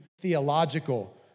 theological